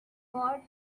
got